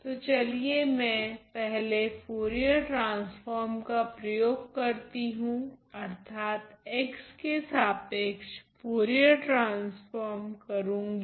तो चलिए मैं पहले फुरियार ट्रान्स्फ़ोर्म का प्रयोग करती हूँ अर्थात् x के सापेक्ष फुरियार ट्रांसफोर्म करूंगी